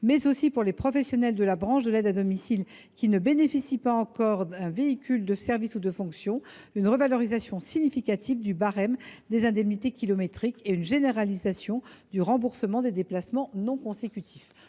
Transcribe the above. mais aussi, pour les professionnels de la branche de l’aide à domicile qui ne bénéficient pas encore d’une voiture de service ou de fonction, d’assurer une revalorisation significative du barème des indemnités kilométriques et une généralisation du remboursement des déplacements non consécutifs.